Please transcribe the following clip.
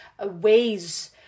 ways